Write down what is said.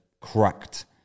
cracked